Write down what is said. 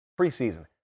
preseason